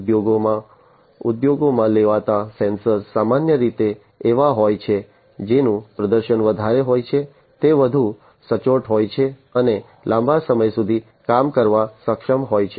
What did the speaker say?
ઉદ્યોગોમાં ઉપયોગમાં લેવાતા સેન્સર સામાન્ય રીતે એવા હોય છે જેનું પ્રદર્શન વધારે હોય છે તે વધુ સચોટ હોય છે અને લાંબા સમય સુધી કામ કરવા સક્ષમ હોય છે